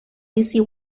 lucy